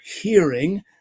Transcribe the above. hearing